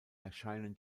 erscheinen